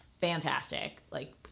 fantastic—like